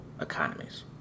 economies